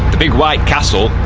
big white castle,